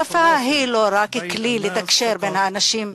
השפה היא לא רק כלי לתקשר בין האנשים,